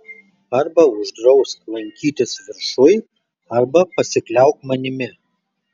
arba uždrausk lankytis viršuj arba pasikliauk manimi